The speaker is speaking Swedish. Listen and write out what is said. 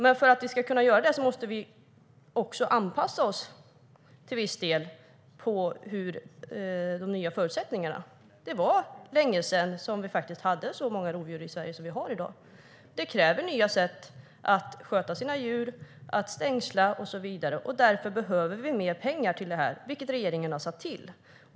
Men då måste vi anpassa oss efter de nya förutsättningarna. Det var länge sedan som vi hade så många rovdjur i Sverige som vi har i dag. Det kräver nya sätt att sköta sina djur, att stängsla och så vidare. Därför behövs det mer pengar, vilket regeringen har avsatt.